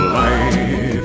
life